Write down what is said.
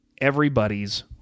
Everybody's